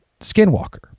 Skinwalker